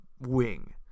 wing